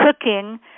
cooking